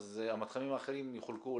אז המתחמים האחרים יחולקו,